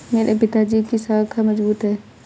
मेरे पिताजी की साख मजबूत है